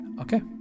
Okay